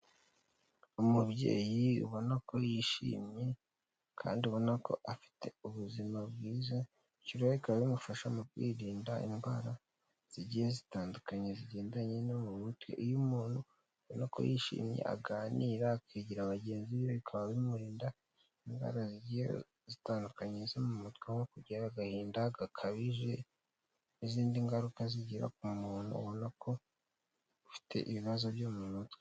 Umubyeyi ubona ko yishimye kandi ubona ko afite ubuzima bwiza bityo rero bikaba bimufasha mu kwirinda indwara zigiye zitandukanye zigendanye no mu mutwe iyo umuntu ubona ko yishimye aganira akegera bagenzi be bikaba bimurinda indwara zigiye zitandukanye zo mu mutwe nko kugira agahinda gakabije n'izindi ngaruka zigira ku muntu ubona ko ufite ibibazo byo mu mutwe.